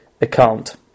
account